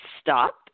stop